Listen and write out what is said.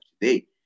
today